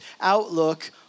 outlook